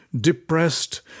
Depressed